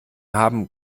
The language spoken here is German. haben